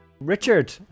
Richard